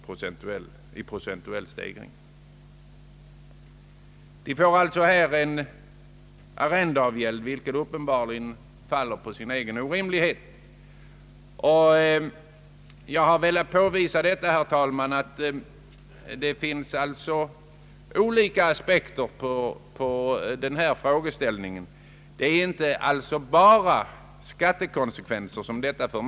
Den arrendeavgäld som man får fram på det sättet faller på sin egen orimlighet. Jag har velat påvisa, herr talman, att det finns olika aspekter på den här frågeställningen. Höjda taxeringsvärden får inte bara konsekvenser för beskattningen.